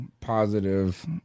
positive